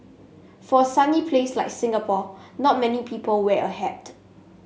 for a sunny place like Singapore not many people wear a hat